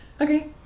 Okay